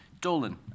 Dolan